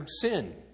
sin